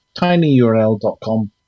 tinyurl.com